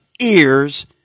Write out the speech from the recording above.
ears